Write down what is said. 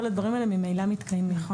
כל הדברים האלה ממילא מתקיימים.